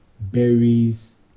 berries